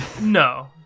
No